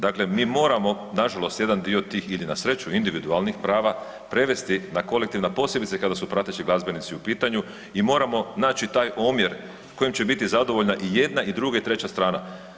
Dakle, mi moramo nažalost jedan dio tih ili na sreću individualnih prava prevesti na kolektivna, a posebice kada su prateći glazbenici u pitanju i moramo naći taj omjer kojim će biti zadovoljna i jedna, i druga i treća strana.